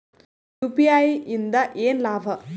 UPI ಇಂದ ಏನ್ ಲಾಭ?